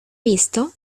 visto